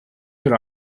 your